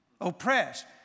Oppressed